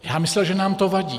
Já myslel, že nám to vadí.